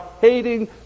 hating